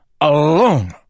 alone